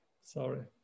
Sorry